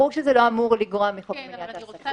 ברור שזה לא בא לגרוע מחוק למניעת העסקה.